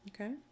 Okay